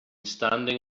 standing